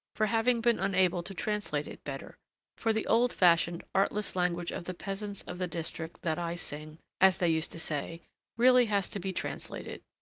for having been unable to translate it better for the old-fashioned, artless language of the peasants of the district that i sing as they used to say really has to be translated.